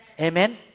Amen